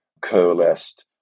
coalesced